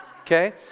okay